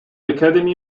academy